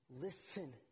listen